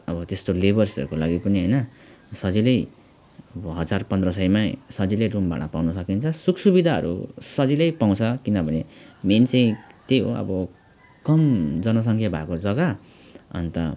अब त्यस्तो लेभर्सहरूको लागि पनि होइन सजिलै हजार पन्ध्र सयमै सजिलै रुम भाडा पाउन सकिन्छ सुख सुविधाहरू सजिलै पाउँछ किनभने मेन चाहिँ त्यही हो अब कम जनसङ्ख्या भएको जगा अन्त